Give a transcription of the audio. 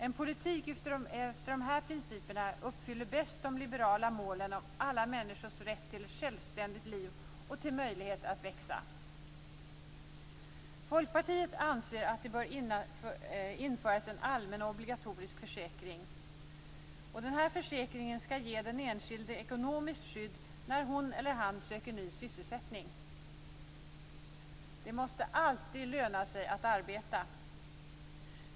En politik utefter dessa principer uppfyller bäst de liberala målen om alla människors rätt till ett självständigt liv och till möjlighet att växa. Folkpartiet anser att det bör införas en allmän och obligatorisk försäkring. Denna försäkring skall ge den enskilde ekonomiskt skydd när hon eller han söker ny sysselsättning. Det måste alltid löna sig att arbeta.